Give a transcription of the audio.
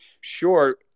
sure